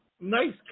Nice